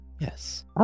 Yes